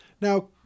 Now